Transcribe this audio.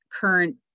current